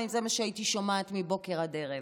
אם זה מה שהייתי שומעת מבוקר עד ערב.